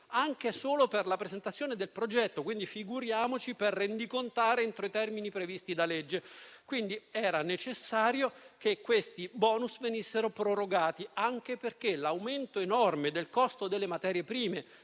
anche solo per la presentazione del progetto, quindi figuriamoci per rendicontare entro i termini previsti dalla legge. Era dunque necessario che questi *bonus* venissero prorogati, anche a causa dell'aumento enorme del costo delle materie prime,